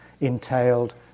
entailed